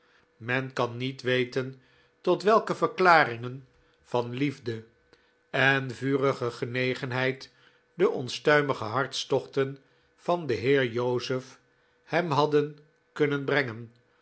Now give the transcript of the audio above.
men kan niet weten tot welke verklaringen van liefde en vurige genegenheid de onstuimige hartstochten van den heer joseph hem hadden kunnen brengen